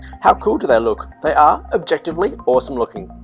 how cool do they look? they are objectively awesome looking,